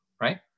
right